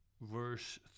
verse